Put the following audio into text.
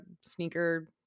sneaker